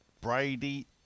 Brady